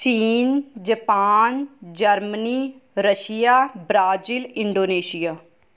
China Japan Germany Russia Brazil Indonesia